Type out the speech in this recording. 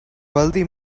wealthy